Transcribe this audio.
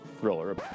thriller